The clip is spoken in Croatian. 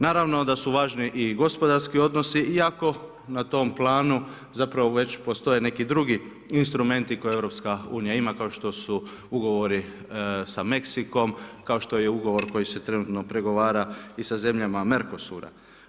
Naravno da su važni i gospodarski odnosi, iako na tom planu, zapravo već postoje neki drugi instrumenti koje EU ima kao što su ugovori s Meksikom, kao što je ugovor koji se trenutno pregovara i sa zemljama Merkusura.